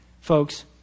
folks